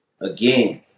again